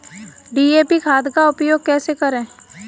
DAP खाद का उपयोग कैसे करें?